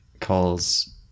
calls